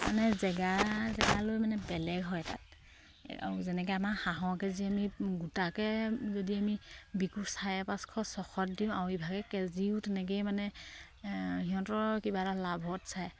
মানে জেগা জেগালৈ মানে বেলেগ হয় তাত আৰু যেনেকে আমাৰ হাঁহৰ কেজি আমি গোটাকে যদি আমি বিকো চাৰে পাঁচশ ছশত দিওঁ আৰু ইভাগে কেজিও তেনেকেই মানে সিহঁতৰ কিবা এটা লাভত চায়